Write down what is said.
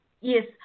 Yes